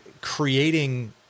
creating